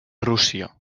rússia